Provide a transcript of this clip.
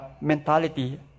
mentality